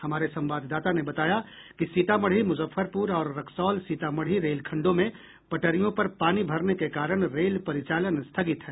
हमारे संवाददाता ने बताया कि सीतामढ़ी मुजफ्फरपुर और रक्सौल सीतामढ़ी रेलखंडों में पटरियों पर पानी भरने के कारण रेल परिचालन स्थगित है